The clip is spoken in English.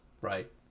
Right